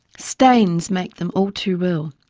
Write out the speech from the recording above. stains make them all too real.